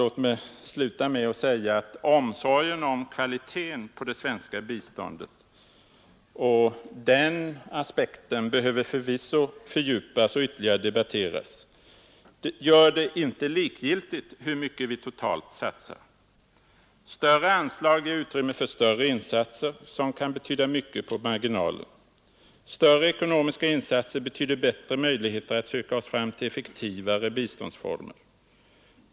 Låt mig sluta med att säga att omsorgen om kvaliteten på det svenska biståndet — och den aspekten behöver förvisso fördjupas och ytterligare debatteras — gör det inte likgiltigt hur mycket vi totalt satsar. Större anslag ger utrymme för större insatser, som kan betyda mycket på marginalen. Större ekonomiska insatser betyder bättre möjligheter att söka oss fram till effektivare biståndsformer.